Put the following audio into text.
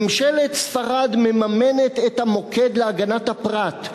ממשלת ספרד מממנת את "המוקד להגנת הפרט",